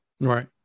Right